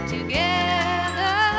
Together